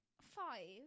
five